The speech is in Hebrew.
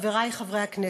חברי חברי הכנסת,